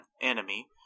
enemy